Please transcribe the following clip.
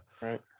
right